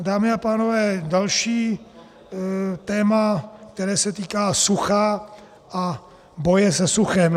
Dámy a pánové, je tady další téma, které se týká sucha a boje se suchem.